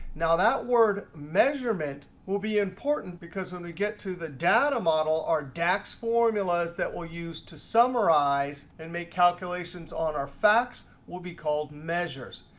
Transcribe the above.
now, that word measurement will be important, because when we get to the data model, our dax formulas that we'll use to summarize and make calculations on our facts will be called measures.